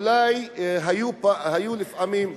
אולי היו לפעמים,